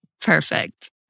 Perfect